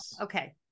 okay